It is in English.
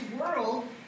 world